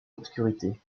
obscurité